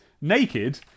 naked